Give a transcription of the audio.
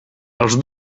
els